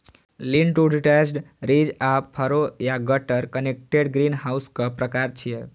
lean to detached, ridge आ furrow या gutter connected ग्रीनहाउसक प्रकार छियै